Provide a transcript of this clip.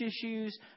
issues